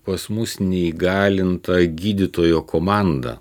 pas mus neįgalinta gydytojo komanda